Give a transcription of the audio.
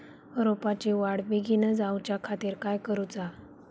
रोपाची वाढ बिगीन जाऊच्या खातीर काय करुचा?